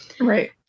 Right